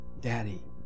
daddy